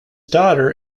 daughter